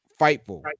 Fightful